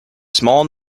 small